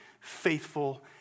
faithful